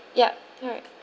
yup alright